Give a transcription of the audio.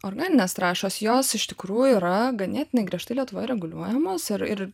organinės trąšos jos iš tikrųjų yra ganėtinai griežtai lietuvoje reguliuojamos ir ir